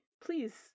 Please